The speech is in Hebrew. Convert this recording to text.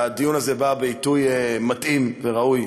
הדיון הזה בא בעיתוי מתאים וראוי.